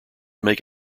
make